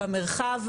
במרחב